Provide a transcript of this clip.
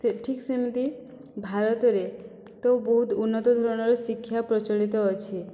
ସେ ଠିକ୍ ସେମିତି ଭାରତରେ ତ ବହୁତ ଉନ୍ନତଧରଣର ଶିକ୍ଷା ପ୍ରଚଳିତ ଅଛି